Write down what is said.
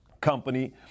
company